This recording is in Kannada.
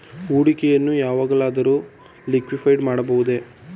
ಹೂಡಿಕೆಗಳನ್ನು ಯಾವಾಗಲಾದರೂ ಲಿಕ್ವಿಡಿಫೈ ಮಾಡಬಹುದೇ?